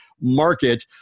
Market